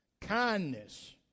kindness